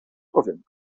powiem